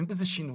אין בזה שינוי.